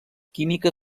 química